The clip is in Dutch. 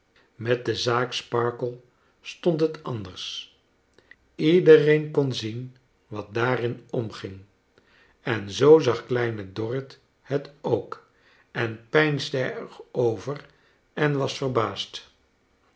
met ie zaak sparkler stond het anders iedereen kon zien wat daarin omging en zoo zag kleine dorrit het ook en peinsde er over en was verbaasd